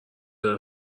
داره